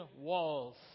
walls